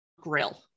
grill